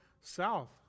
south